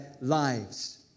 lives